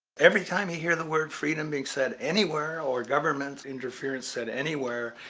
every time you hear the word freedom being said anywhere or government interference said anywhere,